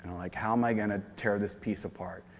like how am i going to tear this piece apart?